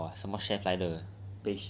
!wah! 这样好 ah what chef 来的